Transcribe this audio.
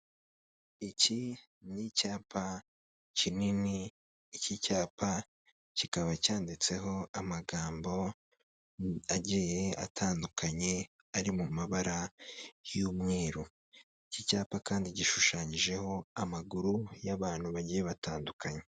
Iki ni icyapa kinini iki cyapa kikaba cyanditseho amagambo agiye atandukanye ari mu mabara y'umweru, iki cyapa kandi gishushanyijeho amaguru y'abantu bagiye batandukanye.